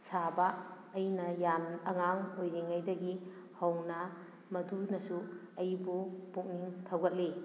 ꯁꯥꯕ ꯑꯩꯅ ꯌꯥꯝ ꯑꯉꯥꯡ ꯑꯣꯏꯔꯤꯉꯩꯗꯒꯤ ꯍꯧꯅ ꯃꯗꯨꯅꯁꯨ ꯑꯩꯕꯨ ꯄꯨꯛꯅꯤꯡ ꯊꯧꯒꯠꯂꯤ